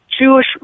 Jewish